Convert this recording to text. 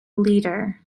leader